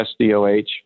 SDOH